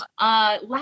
last